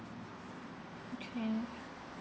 okay